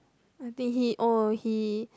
I think he oh he